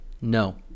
No